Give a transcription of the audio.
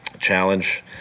Challenge